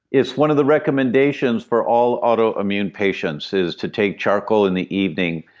it's one of the recommendations for all autoimmune patients, is to take charcoal in the evening,